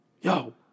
yo